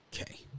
Okay